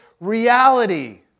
reality